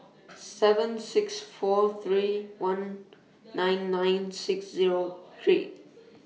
seven six four three one nine nine six Zero three